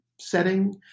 setting